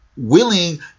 Willing